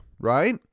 right